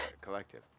collective